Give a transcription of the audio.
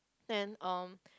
then um